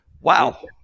wow